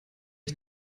ich